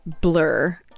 blur